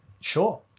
sure